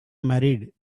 married